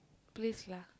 please lah